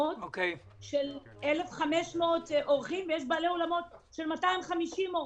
של 1,500 אורחים ויש בעלי אולמות של 250 אורחים.